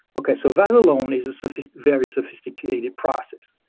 okay. so, that alone is a so very sophisticated process.